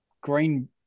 Green